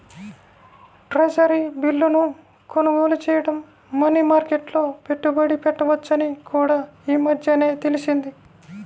treasury బిల్లును కొనుగోలు చేయడం మనీ మార్కెట్లో పెట్టుబడి పెట్టవచ్చని కూడా ఈ మధ్యనే తెలిసింది